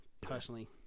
Personally